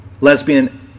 lesbian